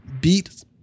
beat